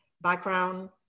background